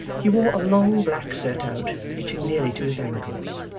he wore a long black surtout reaching nearly to his ankles,